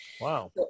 Wow